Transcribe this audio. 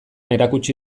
erakutsi